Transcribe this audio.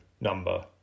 number